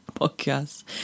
podcast